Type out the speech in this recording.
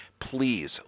Please